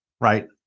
Right